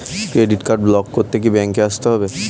Credit card block করতে কি ব্যাংকে আসতে হবে?